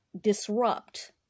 disrupt